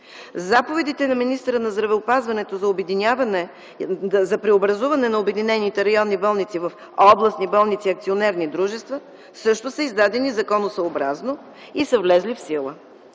Заповедите на министъра на здравеопазването за преобразуване на обединените районни болници в областни болници – акционерни дружества, също са издадени законосъобразно и са влезли в сила.